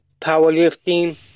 powerlifting